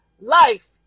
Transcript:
life